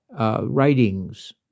Writings